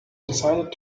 decided